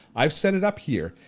i've set it up here,